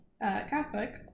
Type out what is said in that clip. Catholic